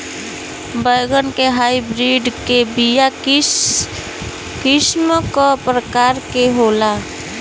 बैगन के हाइब्रिड के बीया किस्म क प्रकार के होला?